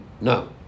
No